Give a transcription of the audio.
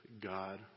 God